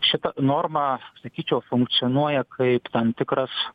šita norma sakyčiau funkcionuoja kaip tam tikras